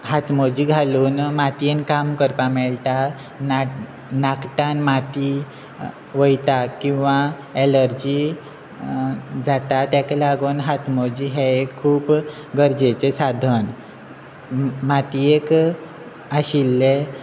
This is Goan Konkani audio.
हातमोजी घालून मातयेन काम करपाक मेळटा नाट नाकटान माती वयता किंवां एलर्जी जाता तेका लागून हातमोजी हे खूब गरजेचे साधन मातयेक आशिल्ले